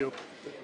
בדיוק.